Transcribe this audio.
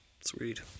Sweet